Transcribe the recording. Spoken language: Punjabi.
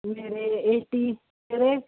ਮੇਰੇ ਏਟੀ ਤੇਰੇ